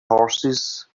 horses